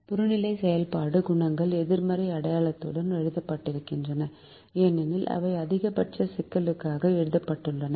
புறநிலை செயல்பாடு குணகங்கள் எதிர்மறை அடையாளத்துடன் எழுதப்படுகின்றன ஏனெனில் அவை அதிகபட்ச சிக்கலுக்காக எழுதப்பட்டுள்ளன